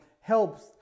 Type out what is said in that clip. helps –